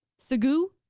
segoo,